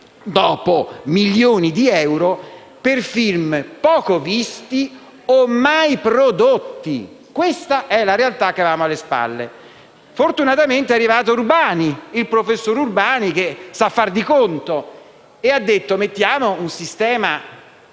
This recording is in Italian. dopo, milioni di euro per film poco visti o mai prodotti. Questa è la realtà che avevamo alle spalle. Fortunatamente, è arrivato il professor Urbani, che sa far di conto e ha proposto di introdurre un sistema